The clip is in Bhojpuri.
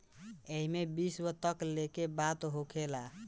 एईमे विश्व तक लेके बात होखेला